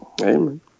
Amen